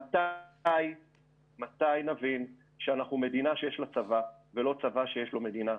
מתי נבין שאנחנו מדינה שיש לה צבא ולא צבא שיש לו מדינה?